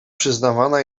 przyznawana